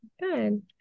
good